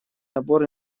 набор